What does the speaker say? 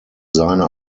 seine